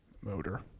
motor